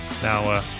Now